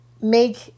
make